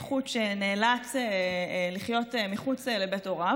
או בכלל ילד עם נכות שנאלץ לחיות מחוץ לבית הוריו,